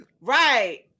Right